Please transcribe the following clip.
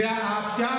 והפשיעה,